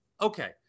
Okay